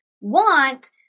want